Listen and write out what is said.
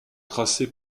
tracé